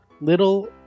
little